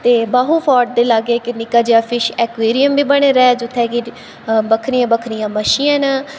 ते बाहु फोर्ट दे लाग्गे इक निक्का जेहा फिश ऐकेरियम बी बने दा ऐ जित्थें कि बक्खरियां बक्खरियां मच्छियां न